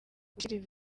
gushyira